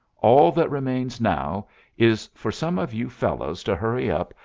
all that remains now is for some of you fellows to hurry up,